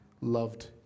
loved